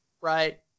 right